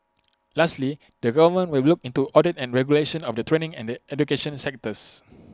lastly the government will look into audit and regulation of the training and education sectors